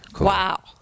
wow